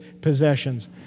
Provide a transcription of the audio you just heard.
possessions